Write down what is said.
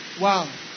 Wow